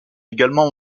également